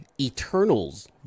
eternals